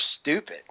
stupid